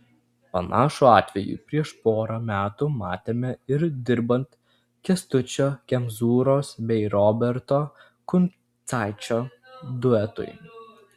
panašų atvejį prieš porą metų matėme ir dirbant kęstučio kemzūros bei roberto kuncaičio duetui